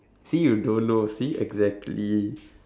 see you don't know see exactly